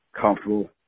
comfortable